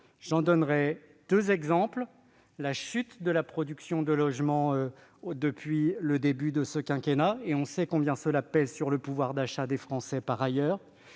J'en donnerai deux exemples : la chute de la production de logements depuis le début de ce quinquennat- on sait à quel point cela pèse sur le pouvoir d'achat des Français -et la